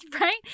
right